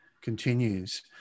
continues